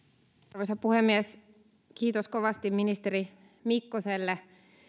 arvoisa puhemies kiitos kovasti ministeri mikkoselle